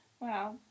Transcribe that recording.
Wow